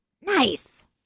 Nice